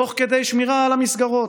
תוך כדי שמירה על המסגרות.